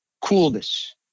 coolness